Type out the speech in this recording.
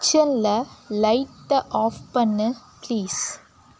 கிச்சனில் லைட்டை ஆஃப் பண்ணு பிளீஸ்